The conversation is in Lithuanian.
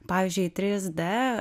pavyzdžiui trys d